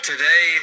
Today